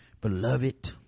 beloved